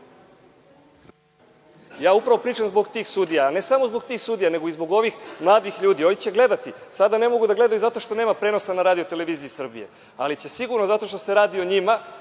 Upravo pričam zbog tih sudija. Ne samo zbog tih sudija nego i zbog ovih mladih ljudi. Oni će gledati, sada ne mogu da gledaju zato što nema prenosa na RTS, ali će sigurno zato što se radi o njima